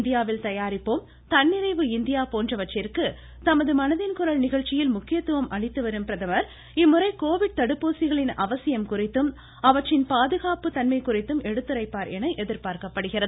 இந்தியாவில் தயாரிப்போம் தன்னிறைவு இந்தியா போன்றவற்றிற்கு தமது மனதின் குரல் நிகழ்ச்சியில் முக்கியத்துவம் அளித்து வரும் இம்முறை கோவிட் தடுப்பூசிகளின் அவசியம் குறித்தும் அவற்றின் பாதுகாப்பு தன்மை குறித்தும் எடுத்துரைப்பார் என எதிர்பார்க்கப்படுகிறது